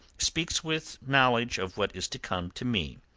speaks with knowledge of what is to come to me.